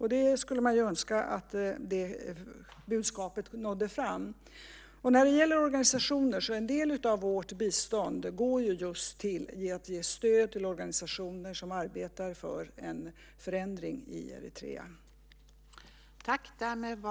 Jag skulle önska att det budskapet nådde fram. När det gäller organisationer så går en del av vårt bistånd just till att ge stöd till organisationer som arbetar för en förändring i Eritrea.